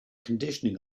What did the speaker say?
conditioning